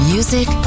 Music